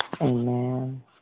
Amen